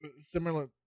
Similar